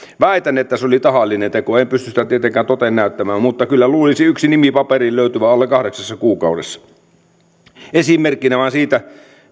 väitän että se oli tahallinen teko en pysty sitä tietenkään toteen näyttämään mutta kyllä luulisi yksi nimi paperiin löytyvän alle kahdeksassa kuukaudessa tämä vain esimerkkinä siitä